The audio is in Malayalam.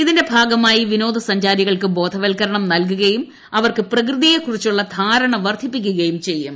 ഇതിന്റെ ഭാഗമായി വിനോദ സഞ്ചാരികൾക്ക് ബോധവൽക്കരണം നൽകുകയും അവർക്ക് പ്രകൃതിയെക്കുറിച്ചുള്ള ധാരണ വർദ്ധിപ്പിക്കുകയും ചെയ്യും